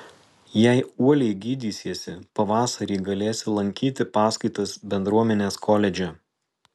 jei uoliai gydysiesi pavasarį galėsi lankyti paskaitas bendruomenės koledže